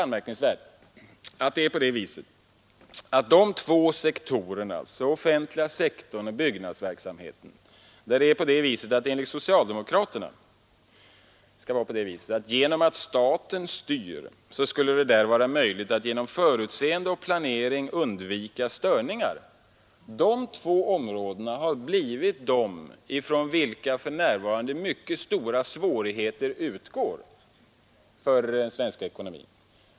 Just inom de två sektorerna — den offentliga sektorn och byggnadsverksamheten — skulle det enligt socialdemokraterna vara möjligt att med förutseende och planering undvika störningar genom att det är staten som styr. Från dessa båda områden utgår emellertid för närvarande mycket stora svårigheter för den svenska ekonomin.